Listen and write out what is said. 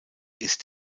ist